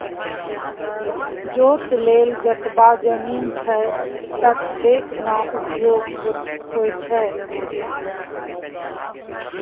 जोत लेल जतबा जमीन छौ ततबेक न उपयोग हेतौ